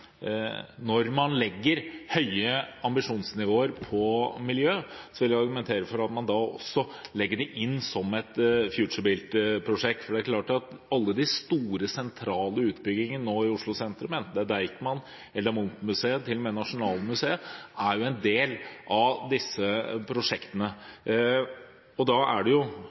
Når man legger ambisjonsnivået for miljø høyt, vil jeg argumentere for at man da også legger det inn som et FutureBuilt-prosjekt, for det er klart at alle de store, sentrale utbyggingene i Oslo sentrum nå – enten det er Deichman, Munch-museet eller til og med Nasjonalmuseet – er en del av disse prosjektene. Da ville det jo